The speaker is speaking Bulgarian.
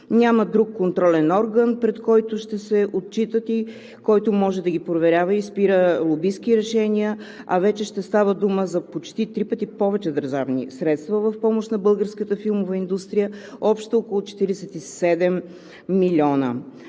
Няма друг контролен орган, пред който ще се отчитат и който може да ги проверява и да спира лобистки решения, а вече ще става дума за почти три пъти повече държавни средства в помощ на българската филмова индустрия – общо около 47 милиона.